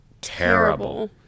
terrible